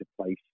place